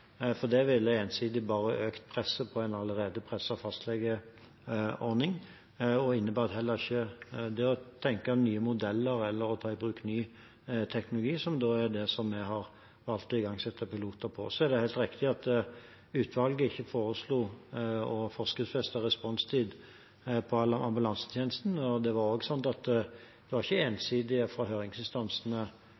for det ville ensidig bare økt presset på en allerede presset fastlegeordning og innebar heller ikke å tenke nye modeller eller ta i bruk ny teknologi, som er det vi har valgt å sette i gang piloter med. Så er det helt riktig at utvalget ikke foreslo å forskriftsfeste responstid på ambulansetjenesten, og det var også slik at det ikke var